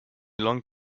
long